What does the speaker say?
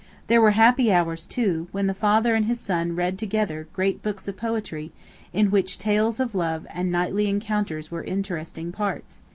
there were happy hours, too, when the father and his son read together great books of poetry in which tales of love and knightly encounters were interesting parts.